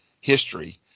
history